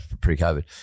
Pre-COVID